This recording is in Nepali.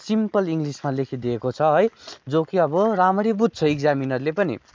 सिम्पल इङ्ग्लिसमा लेखिदिएको छ है जो कि अब रामरी बुझ्छ इग्जामिनरले पनि